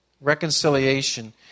reconciliation